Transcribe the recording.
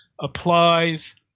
applies